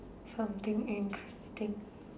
something interesting